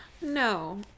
No